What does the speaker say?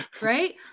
right